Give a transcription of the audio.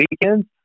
weekends